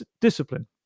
discipline